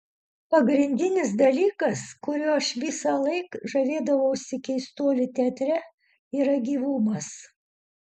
pagrindinis dalykas kuriuo aš visąlaik žavėdavausi keistuolių teatre yra gyvumas